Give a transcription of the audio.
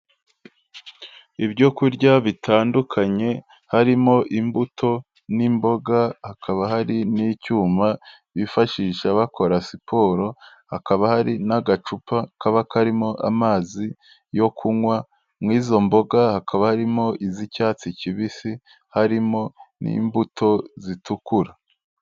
Ibyo kurya bitandukanye, harimo imbuto n'imboga, hakaba hari n'icyuma bifashisha bakora siporo, hakaba hari n'agacupa kaba karimo amazi yo kunywa, muri izo mboga hakaba harimo iz'icyatsi kibisi, harimo n'imbuto zitukura.